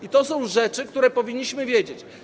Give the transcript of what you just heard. I to są rzeczy, które powinniśmy wiedzieć.